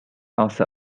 also